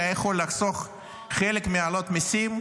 שהיה יכול לחסוך חלק מהעלאות המיסים,